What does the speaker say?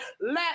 let